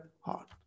heart